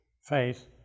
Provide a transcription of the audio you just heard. faith